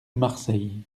marseille